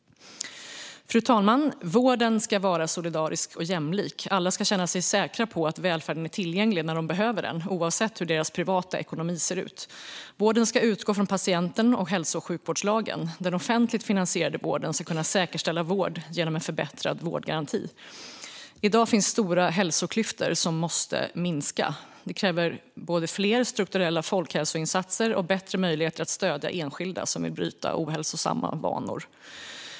Fru talman! Vården ska vara solidarisk och jämlik. Alla ska känna sig säkra på att välfärden är tillgänglig när de behöver den, oavsett hur deras privata ekonomi ser ut. Vården ska utgå från patienten och hälso och sjukvårdslagen. Den offentligt finansierade vården ska kunna säkerställa vård genom en förbättrad vårdgaranti. I dag finns stora hälsoklyftor som måste minska. Det kräver både fler strukturella folkhälsoinsatser och bättre möjligheter att stödja enskilda som vill bryta ohälsosamma vanor.